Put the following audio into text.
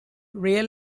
real